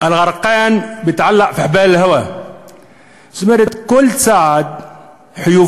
(אומר בערבית: עמודי התווך תלויים בהלך הרוח) זאת אומרת: כל צעד חיובי,